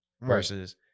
versus